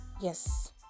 yes